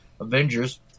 Avengers